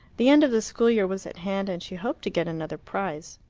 the end of the school year was at hand, and she hoped to get another prize.